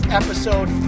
episode